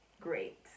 great